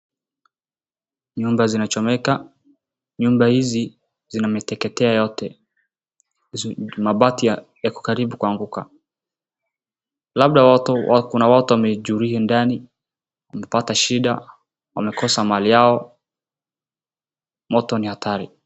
Nyumba zinachomeka. Nyumba hizi zinameteketea yote. Mabati yako karibu kuanguka. Labda kuna watu wameijulia ndani, wamepata shida, wamekosa mali yao. Moto ni hatari.